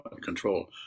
control